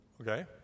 okay